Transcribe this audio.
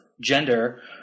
gender